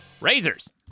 razors